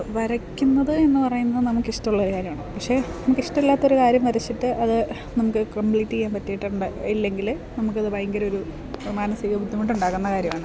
വരയ്ക്കുന്നത് എന്നു പറയുന്നത് നമുക്കിഷ്ടമുള്ള ഒരു കാര്യാമാണ് പക്ഷേ നമുക്കിഷ്ടിമില്ലാത്തൊരു കാര്യം വരച്ചിട്ട് അത് നമുക്ക് കമ്പ്ലീറ്റ് ചെയ്യാൻ പറ്റിയിട്ടുണ്ടോ ഇല്ലെങ്കിൽ നമുക്കത് ഭയങ്കര ഒരു മാനസിക ബുദ്ധിമുട്ടുണ്ടാക്കുന്ന കാര്യമാണ്